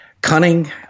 Cunning